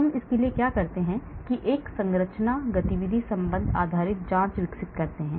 हम क्या करते हैं एक संरचना गतिविधि संबंध आधारित जांच विकसित कर सकते हैं